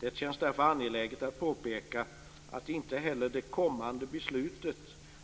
Det känns därför angeläget att påpeka att inte heller det kommande beslutet